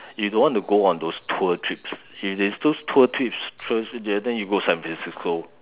you don't want to go on those tour trips if is those tour trips tours then you go San-Francisco